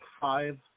five